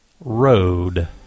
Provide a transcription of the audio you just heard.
Road